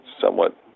somewhat